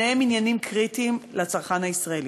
שניהם עניינים קריטיים לצרכן הישראלי.